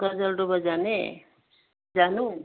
गजलडुबा जाने जानु